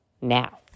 now